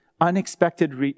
unexpected